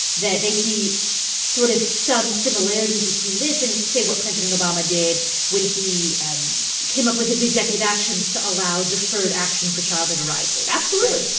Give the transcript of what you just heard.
that they see sort of some similarities between this and, say, what president obama did when he and came up with his executive actions to allow deferred action for childhood arrivals? absolutely,